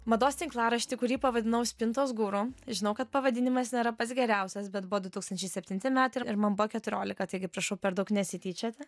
mados tinklaraštį kurį pavadinau spintos guru žinau kad pavadinimas nėra pats geriausias bet buvo du tūkstančiai septnti metai ir man buvo keturiolika taigi prašau per daug nesityčioti